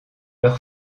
leur